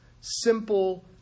simple